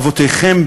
אבותיכם,